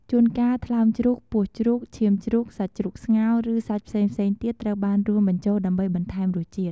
ជួនកាល ថ្លើមជ្រូក ពោះជ្រូក ឈាមជ្រូក សាច់ជ្រូកស្ងោរ ឬសាច់ផ្សេងទៀតត្រូវបានរួមបញ្ចូលដើម្បីបន្ថែមរសជាតិ។